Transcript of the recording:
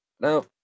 Now